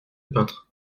peintre